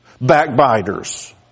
backbiters